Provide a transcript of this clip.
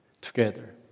together